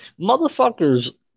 Motherfuckers